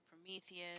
Prometheus